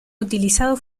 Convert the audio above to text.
utilizado